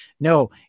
No